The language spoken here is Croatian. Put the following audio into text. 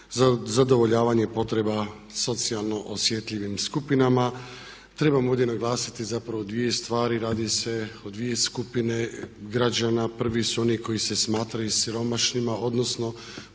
zadovoljavanje potreba socijalno osjetljivim skupinama. Trebam ovdje naglasiti zapravo dvije stvari, radi se o dvije skupine građana, prvi su oni koji se smatraju siromašnima odnosno